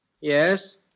Yes